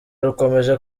rukomeje